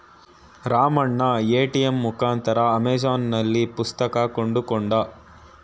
Ramanna ATM ಮುಖಾಂತರ ಅಮೆಜಾನ್ನಲ್ಲಿ ಪುಸ್ತಕ ಕೊಂಡುಕೊಂಡ